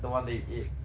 the one that you ate